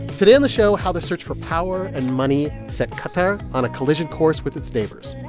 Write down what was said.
today on the show, how the search for power and money set qatar on a collision course with its neighbors